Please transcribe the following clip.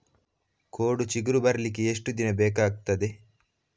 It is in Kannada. ಕೋಡು ಚಿಗುರು ಬರ್ಲಿಕ್ಕೆ ಎಷ್ಟು ದಿನ ಬೇಕಗ್ತಾದೆ?